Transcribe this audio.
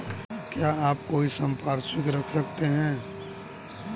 क्या आप कोई संपार्श्विक रख सकते हैं?